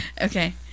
Okay